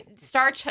star